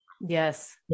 Yes